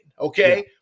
okay